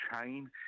chain